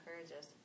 encourages